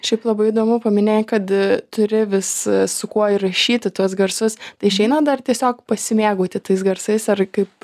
šiaip labai įdomu paminėjai kad turi vis su kuo įrašyti tuos garsus išeina dar tiesiog pasimėgauti tais garsais ar kaip